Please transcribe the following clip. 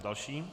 Další.